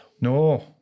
No